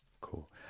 Cool